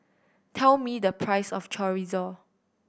tell me the price of Chorizo